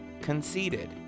conceded